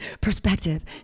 perspective